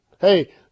Hey